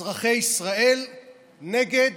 אזרחי ישראל נגד